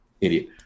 idiot